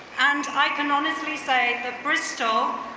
and i can honestly say that bristol,